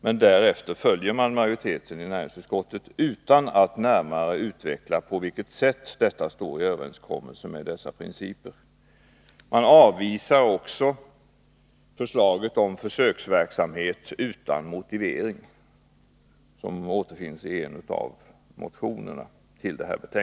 Men därefter följer man majoriteten i näringsutskottet utan att närmare utveckla på vilket sätt detta står i överensstämmelse med dessa principer. Man avvisar också utan motivering förslaget i en av motionerna om försöksverksamhet.